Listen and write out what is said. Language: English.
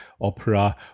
opera